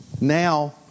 now